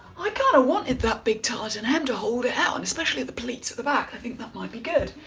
i kind of wanted that big tarlatan hem to hold it out. and especially the pleats at the back, i think that might be good.